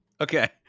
Okay